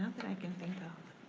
that i can think of.